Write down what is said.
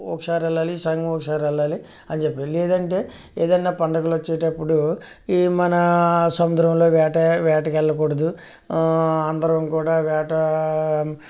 ఒకసారి వెళ్ళాలి ఈ సంఘం ఒకసారి వెళ్ళాలి అని చెప్పి లేదంటే ఏదైనా పండుగలు వచ్చేటప్పుడు ఈ మన సముద్రంలో వేట వేటకు వెళ్ళకూడదు అందరం కూడా వేట